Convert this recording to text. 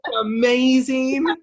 Amazing